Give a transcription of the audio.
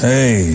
Hey